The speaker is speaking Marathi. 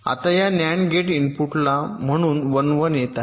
आता या नअँड गेटला इनपुट म्हणून 1 1 येत आहे